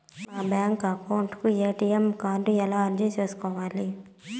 మా bank account కు ATM card ఎలా అర్జీ సేసుకోవాలి?